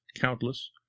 countless